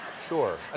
Sure